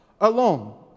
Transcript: alone